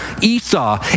Esau